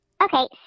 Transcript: Okay